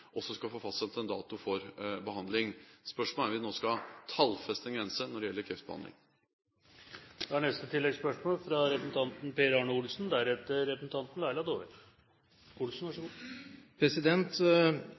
også skal få fastsatt en dato for behandling. Spørsmålet er om vi nå skal tallfeste en grense når det gjelder kreftbehandling.